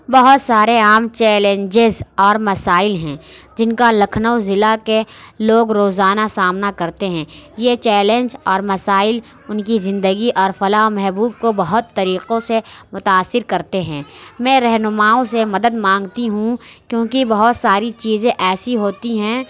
بہت سارے عام چیلنجز اور مسائل ہیں جن کا لکھنؤ ضلع کے لوگ روزانہ سامنا کرتے ہیں یہ چیلنج اور مسائل اُن کی زندگی اور فلاح محبوب کو بہت طریقوں سے متأثر کرتے ہیں میں رہنماؤں سے مدد مانگتی ہوں کیوں کہ بہت ساری چیزیں ایسی ہوتی ہیں